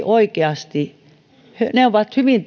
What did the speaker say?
oikeasti nämä vapaapäivät ovat hyvin